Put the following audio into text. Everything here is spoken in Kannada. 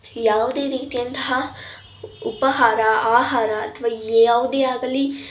ಯಾವುದೇ ರೀತಿಯಾದಂತಹ ಉಪಹಾರ ಆಹಾರ ಅಥವಾ ಯಾವುದೇ ಆಗಲಿ